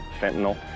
fentanyl